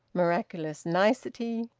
miraculous nicety,